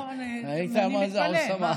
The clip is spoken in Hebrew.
ראית מה זה אוסאמה?